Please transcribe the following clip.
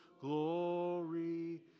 glory